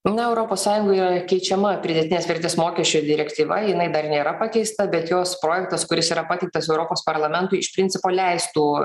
na europos sąjungoj yra keičiama pridėtinės vertės mokesčio direktyva jinai dar nėra pakeista bet jos projektas kuris yra pateiktas europos parlamentui iš principo leistų